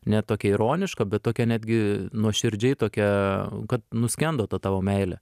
ne tokią ironišką bet tokią netgi nuoširdžiai tokią kad nuskendo ta tavo meilė